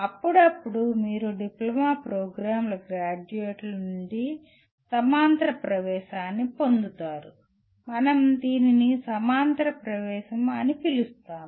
అప్పుడప్పుడు మీరు డిప్లొమా ప్రోగ్రామ్ల గ్రాడ్యుయేట్ల నుండి సమాంతర ప్రవేశాన్ని పొందుతారు మనం దీనిని సమాంతర ప్రవేశం అని పిలుస్తాము